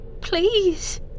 Please